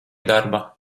darba